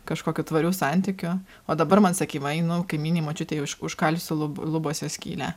kažkokių tvarių santykių o dabar man sakei va einu kaimynei močiutei už užkalsiu lub lubose skylę